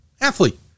athlete